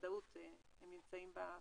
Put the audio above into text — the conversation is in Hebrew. בחשבונות.